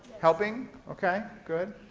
helping? okay. good.